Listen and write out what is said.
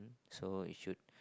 so it should